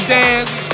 dance